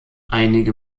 einige